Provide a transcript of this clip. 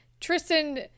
Tristan